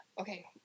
okay